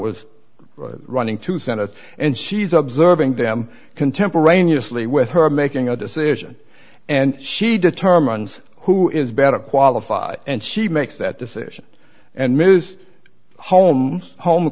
was running to senate and she's observing them contemporaneously with her making a decision and she determines who is better qualified and she makes that decision and ms home ho